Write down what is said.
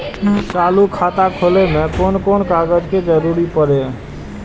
चालु खाता खोलय में कोन कोन कागज के जरूरी परैय?